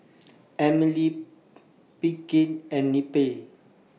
Emily Pinkie and Neppie